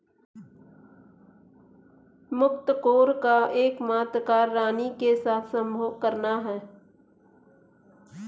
मुकत्कोर का एकमात्र कार्य रानी के साथ संभोग करना है